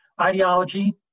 Ideology